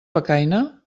becaina